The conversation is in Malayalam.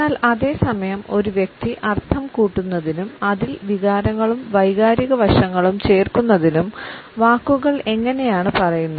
എന്നാൽ അതേ സമയം ഒരു വ്യക്തി അർത്ഥം കൂട്ടുന്നതിനും അതിൽ വികാരങ്ങളും വൈകാരിക വശങ്ങളും ചേർക്കുന്നതിനും വാക്കുകൾ എങ്ങനെയാണ് പറയുന്നത്